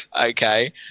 okay